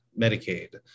Medicaid